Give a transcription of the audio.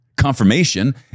Confirmation